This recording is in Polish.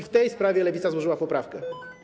W tej sprawie Lewica złożyła poprawkę.